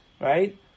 right